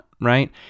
Right